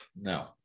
no